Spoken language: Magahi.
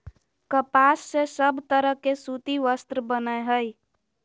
कपास से सब तरह के सूती वस्त्र बनय हय